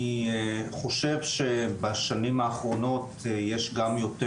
אני חושב שבשנים האחרונות יש גם יותר